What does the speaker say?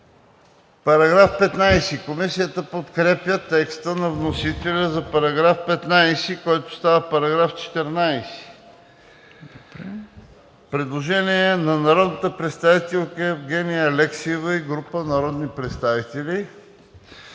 преди т. 1“. Комисията подкрепя текста на вносителя за § 15, който става § 14. Предложение на народния представител Евгения Алексиева и група народни представители: